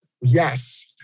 Yes